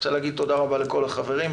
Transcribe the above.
אני רוצה להגיד תודה רבה לכל החברים.